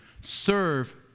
Serve